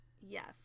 Yes